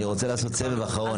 אני רוצה לעשות סבב אחרון.